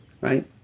right